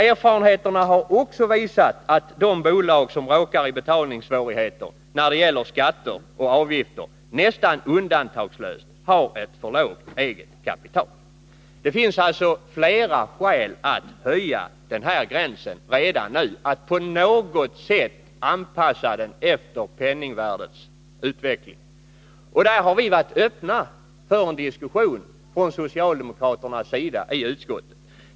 Erfarenheterna har också visat att de bolag som råkat i betalningssvårigheter när det gäller skatter och avgifter nästan undantagslöst har ett för lågt eget kapital. Det finns alltså flera skäl att höja den här gränsen i år, så att man på något sätt anpassar den efter penningvärdesutvecklingen. I det fallet har vi socialdemokrater i utskottet varit öppna för diskussion.